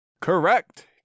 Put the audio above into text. Correct